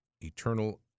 eternal